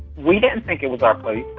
we didn't think it was our place.